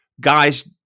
guys